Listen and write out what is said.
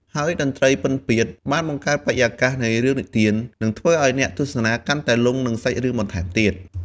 ហើយតន្ត្រីពិណពាទ្យបានបង្កើនបរិយាកាសនៃរឿងនិទាន និងធ្វើឲ្យអ្នកទស្សនាកាន់តែលង់នឹងសាច់រឿងបន្ថែមទៀត។